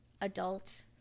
adult